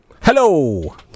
Hello